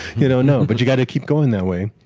you know know but you've got to keep going that way,